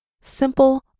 simple